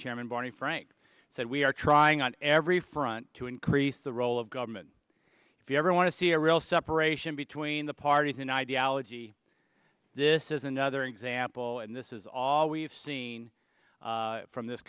chairman barney frank said we are trying on every front to increase the role of government if you ever want to see a real separation between the parties in ideology this is another example and this is all we've seen from this